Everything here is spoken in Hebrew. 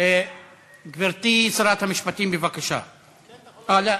אין מתנגדים, אין נמנעים.